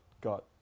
got